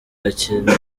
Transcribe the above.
hakenewe